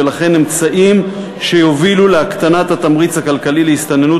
ולכן אמצעים שיובילו להקטנת התמריץ הכלכלי להסתננות